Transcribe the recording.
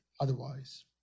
otherwise